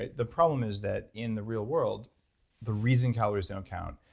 ah the problem is that in the real world the reason calories don't count,